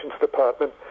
department